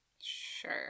Sure